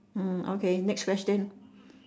hmm okay next question